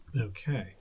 Okay